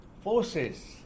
forces